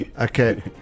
Okay